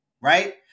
right